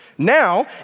Now